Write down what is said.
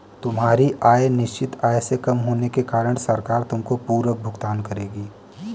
तुम्हारी आय निश्चित आय से कम होने के कारण सरकार तुमको पूरक भुगतान करेगी